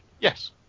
Yes